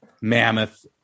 Mammoth